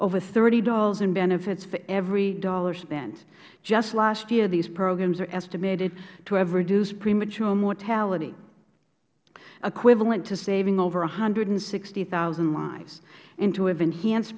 over thirty dollars in benefits for every dollar spent just last year these programs are estimated to have reduced premature mortality equivalent to saving over one hundred and sixty thousand lives and to have enhan